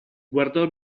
guardò